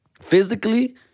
physically